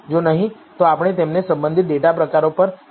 જો નહીં તો આપણે તેમને સંબંધિત ડેટા પ્રકારો પર દબાણ કરવાની જરૂર નથી